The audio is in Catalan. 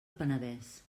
penedès